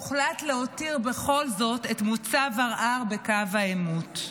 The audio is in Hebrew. הוחלט להותיר בכל זאת את מוצב ערער בקו העימות.